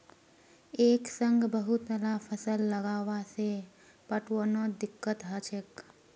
एक संग बहुतला फसल लगावा से पटवनोत दिक्कत ह छेक